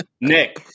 Nick